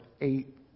eight